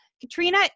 Katrina